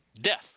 death